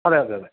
അതെ അതെ അതെ